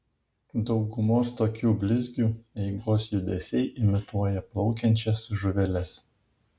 daugumos tokių blizgių eigos judesiai imituoja plaukiančias žuveles